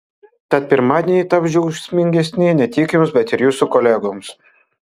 tad pirmadieniai taps džiaugsmingesni ne tik jums bet ir jūsų kolegoms